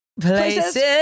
Places